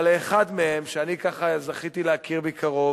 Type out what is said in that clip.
אבל לאחד מהם שאני ככה זכיתי להכיר מקרוב,